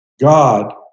God